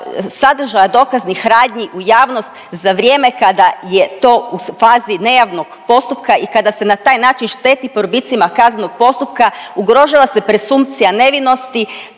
sadržaja dokaznih radnji u javnost za vrijeme kada je to u fazi nejavnog postupka i kada se na taj način šteti probitcima kaznenog postupka, ugrožava se presumpcija nevinosti